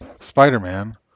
Spider-Man